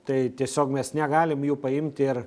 tai tiesiog mes negalim jų paimti ir